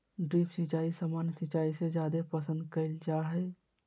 drip सिंचाई सामान्य सिंचाई से जादे पसंद कईल जा हई